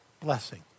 Blessing